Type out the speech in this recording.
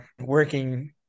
working